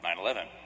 9-11